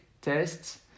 tests